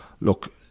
look